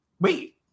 Wait